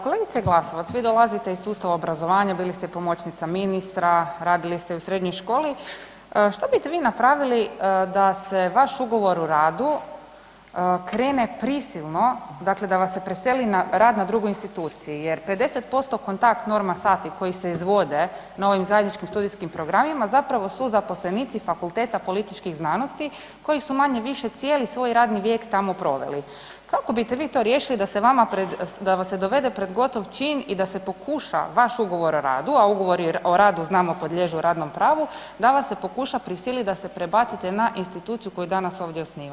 Kolegice Glasovac, vi dolazite iz sustava obrazovanja, bili ste i pomoćnica ministra, radili ste i u srednjoj školi, što bite vi napravili da se vaš Ugovor o radu krene prisilno, dakle da vas se prisili na rad na drugu instituciju jer 50% kontakt norma sati koji se izvode na ovim zajedničkim studijskim programima zapravo su zaposlenici Fakulteta političkih znanosti koji su manje-više cijeli svoj radni vijek tamo proveli, kako bite vi to riješili da se vama pred, da vas se dovede pred gotov čin i da se pokuša vaš Ugovor o radu, a Ugovori o radu znamo podliježu radnom pravu da vas se pokuša prisilit da se prebacite na instituciju koju danas ovdje osnivamo?